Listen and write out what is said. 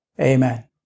amen